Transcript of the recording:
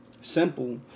Simple